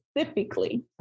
Specifically